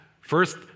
First